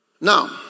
Now